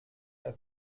der